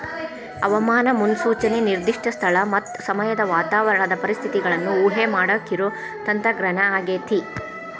ಹವಾಮಾನ ಮುನ್ಸೂಚನೆ ನಿರ್ದಿಷ್ಟ ಸ್ಥಳ ಮತ್ತ ಸಮಯದ ವಾತಾವರಣದ ಪರಿಸ್ಥಿತಿಗಳನ್ನ ಊಹೆಮಾಡಾಕಿರೋ ತಂತ್ರಜ್ಞಾನ ಆಗೇತಿ